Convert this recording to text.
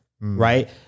right